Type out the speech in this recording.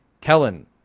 Kellen